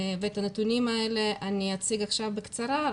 ואת הנתונים האלה אני אציג עכשיו בקצרה.